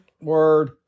Word